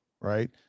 right